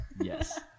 yes